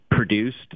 produced